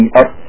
up